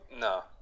no